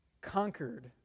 conquered